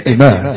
Amen